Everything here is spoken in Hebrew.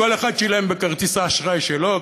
כל אחד שילם בכרטיס האשראי שלו,